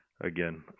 again